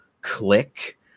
click